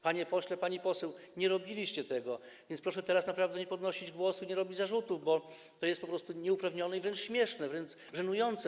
Panie pośle, pani poseł, nie robiliście tego, więc proszę teraz naprawdę nie podnosić głosu i nie stawiać zarzutów, bo to jest po prostu nieuprawnione i wręcz śmieszne, wręcz żenujące.